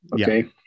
okay